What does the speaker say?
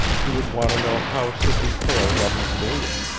he would want to know how sidney prale got his million.